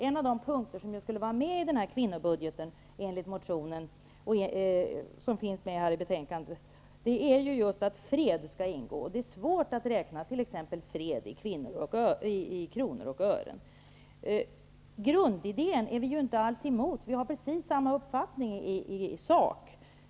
En av de punkter som skulle ingå i en kvinnobudget, enligt den motion som behandlas i detta betänkande, är just fred. Grundidén är vi inte alls emot, utan vi har precis samma uppfattning i sak.